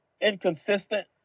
inconsistent